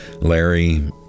larry